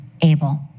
Abel